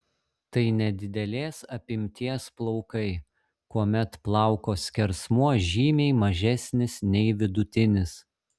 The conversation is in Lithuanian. tai nedidelės apimties plaukai kuomet plauko skersmuo žymiai mažesnis nei vidutinis